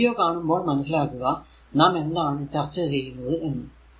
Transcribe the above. ഈ വീഡിയോ കാണുമ്പോൾ മനസിലാക്കുക നാം എന്താണ് ചർച്ച ചെയ്യുന്നത് എന്ന്